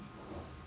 true